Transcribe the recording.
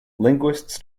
linguists